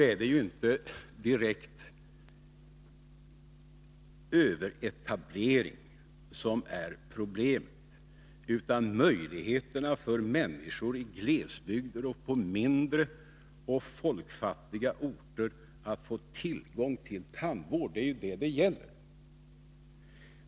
Men det är inte en direkt överetablering som är problemet utan möjligheterna för människorna i glesbygder och på mindre och folkfattigare orter att få tillgång till tandvård — det är detta som det gäller.